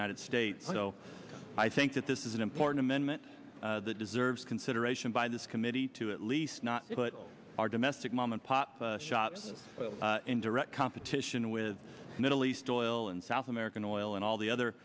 united states so i think that this is an important amendment that deserves consideration by this committee to at least not put our domestic mom and pop shops in direct competition with the middle east oil and south american oil and all the other